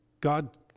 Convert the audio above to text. God